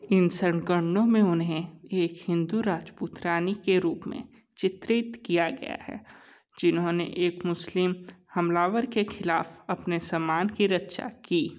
इन संकर्णो में उन्हें एक हिंदू राजपूत रानी के रूप में चित्रित किया गया है जिन्होंने एक मुस्लिम हमलावर के ख़िलाफ़ अपने सम्मान की रक्षा की